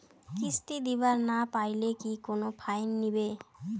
কিস্তি দিবার না পাইলে কি কোনো ফাইন নিবে?